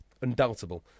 Undoubtable